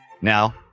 Now